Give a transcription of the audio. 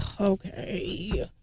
Okay